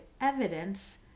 evidence